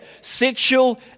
Sexual